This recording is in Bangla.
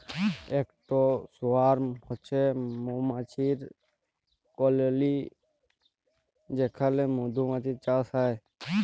ইকট সোয়ার্ম হছে মমাছির কললি যেখালে মধুমাছির চাষ হ্যয়